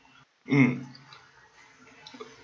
mm